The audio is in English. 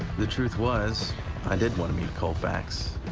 the truth was, i did want to meet koufax.